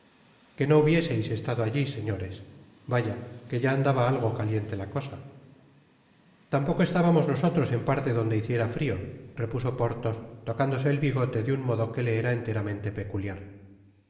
que no hubieseis estado alli señores vaya que ya andaba algo caliente la cosa tampoco estábamos nosotros en parte donde hiciera trio repuso porthos tocándose el bigote de un modo que le era enteramente peculiar